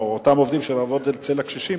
או אותם עובדים שבאים לעבוד אצל הקשישים,